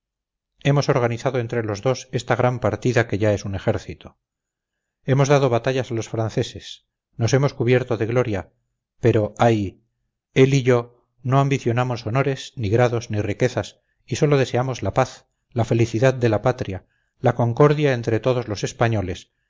hemos organizado entre los dos esta gran partida que ya es un ejército hemos dado batallas a los franceses nos hemos cubierto de gloria pero ay él y yo no ambicionamos honores ni grados ni riquezas y sólo deseamos la paz la felicidad de la patria la concordia entre todos los españoles